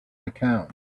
account